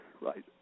Right